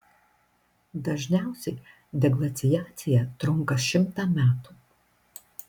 dažniausiai deglaciacija trunka šimtą metų